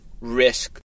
risk